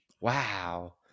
wow